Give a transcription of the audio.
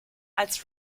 als